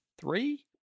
three